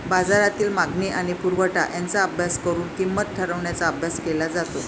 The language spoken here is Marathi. बाजारातील मागणी आणि पुरवठा यांचा अभ्यास करून किंमत ठरवण्याचा अभ्यास केला जातो